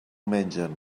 mengen